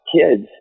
kids